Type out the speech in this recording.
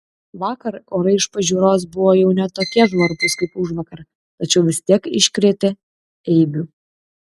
vakar orai iš pažiūros buvo jau ne tokie žvarbūs kaip užvakar tačiau vis tiek iškrėtė eibių